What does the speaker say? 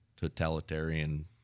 totalitarian